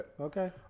Okay